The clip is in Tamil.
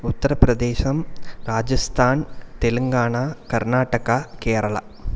உத்தரப்பிரதேசம் ராஜஸ்தான் தெலுங்கானா கர்நாடகா கேரளா